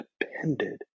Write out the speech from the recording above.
depended